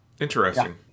interesting